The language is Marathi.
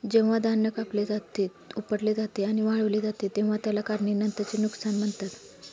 जेव्हा धान्य कापले जाते, उपटले जाते आणि वाळवले जाते तेव्हा त्याला काढणीनंतरचे नुकसान म्हणतात